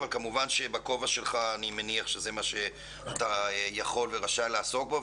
אבל אני מניח שבכובע שלך זה מה שאתה יכול ורשאי לעסוק בו,